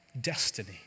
destiny